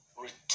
return